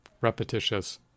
repetitious